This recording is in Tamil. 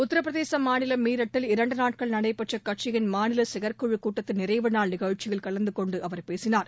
உத்தரப்பிரதேச மாநிலம் மிரட்டில் இரண்டு நாட்கள் நடைபெற்ற கட்சியின் மாநில செயற்குழுக் கூட்டத்தின் நிறைவு நாள் நிகழ்ச்சியில் கலந்து கொண்டு அவர் பேசினார்